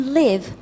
live